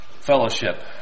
fellowship